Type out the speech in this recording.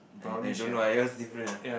I I don't know I yours different ah